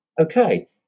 Okay